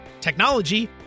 technology